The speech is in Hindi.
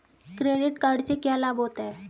क्रेडिट कार्ड से क्या क्या लाभ होता है?